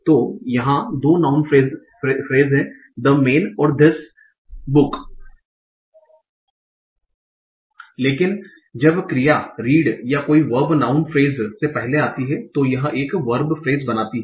तो यहाँ 2 noun phrase हैं द मेन और धिस बुक लेकिन जब क्रिया रीड या कोई वर्ब नाउँन फ्रेस से पहले आती है तो यह एक वर्ब फ्रेस बनाती है